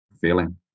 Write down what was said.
feeling